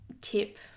tip